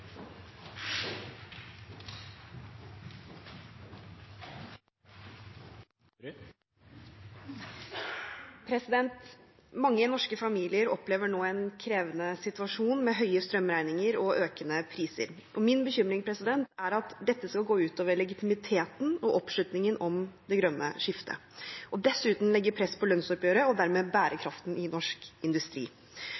Mange norske familier opplever nå en krevende situasjon med høye strømregninger og økende priser. Min bekymring er at dette skal gå ut over legitimiteten og oppslutningen om det grønne skiftet og dessuten legge press på lønnsoppgjøret og dermed